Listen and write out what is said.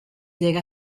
llega